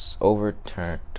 Overturned